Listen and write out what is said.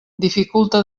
dificulte